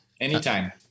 Anytime